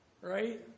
Right